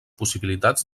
possibilitats